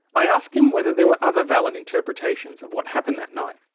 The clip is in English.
i asked him whether there were other valid interpretations of what happened that night.